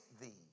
thee